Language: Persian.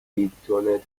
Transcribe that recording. لیپتون